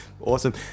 Awesome